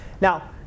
Now